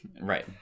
Right